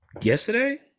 Yesterday